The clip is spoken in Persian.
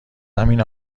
همین